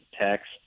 text